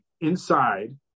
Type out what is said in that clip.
inside